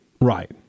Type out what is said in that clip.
Right